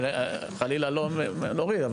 אני חלילה לא מוריד,